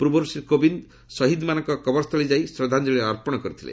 ପୂର୍ବରୁ ଶ୍ରୀ କୋବିନ୍ଦ ସହିଦମାନଙ୍କ କବରସ୍ଥଳୀ ଯାଇ ଶ୍ରଦ୍ଧାଞ୍ଜଳି ଅର୍ପଣ କରିଥିଲେ